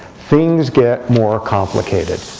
things get more complicated,